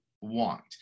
want